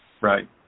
Right